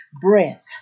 breath